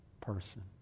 person